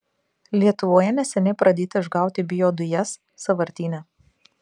lietuvoje neseniai pradėta išgauti biodujas sąvartyne